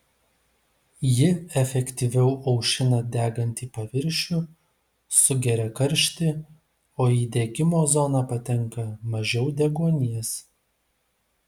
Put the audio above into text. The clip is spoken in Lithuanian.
ji efektyviau aušina degantį paviršių sugeria karštį o į degimo zoną patenka mažiau deguonies